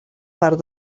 part